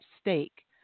stake